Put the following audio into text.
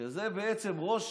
שזה ראש